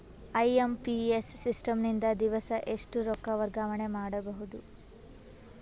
IMPS system ನಿಂದ ದಿವಸಾ ಎಷ್ಟ ರೊಕ್ಕ ವರ್ಗಾವಣೆ ಮಾಡಬಹುದು?